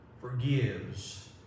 forgives